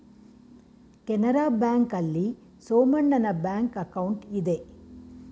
Canara bank ಆಲ್ಲಿ ಸೋಮಣ್ಣನ bank account ಇದೆ